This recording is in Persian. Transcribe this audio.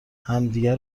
همدیگه